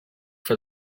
for